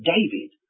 David